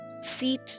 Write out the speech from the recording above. seat